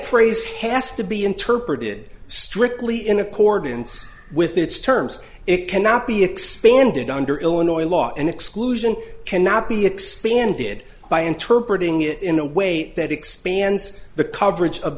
praise has to be interpreted strictly in accordance with its terms it cannot be expanded under illinois law and exclusion cannot be expanded by interpretating it in a way that expands the coverage of